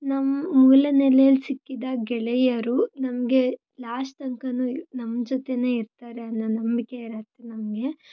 ನಮ್ಮ ಮೂಲನೆಲೆಯಲ್ಲಿ ಸಿಕ್ಕಿದ ಗೆಳೆಯರು ನಮಗೆ ಲಾಸ್ಟ್ ತನಕಾನು ನಮ್ಮ ಜೊತೆಯೇ ಇರ್ತಾರೆ ಅನ್ನೋ ನಂಬಿಕೆ ಇರತ್ತೆ ನಮಗೆ